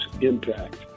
impact